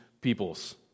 peoples